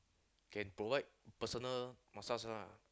can provide personal massage lah